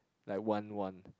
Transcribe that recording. like one one